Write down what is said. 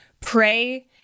pray